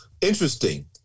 Interesting